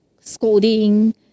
scolding